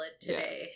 today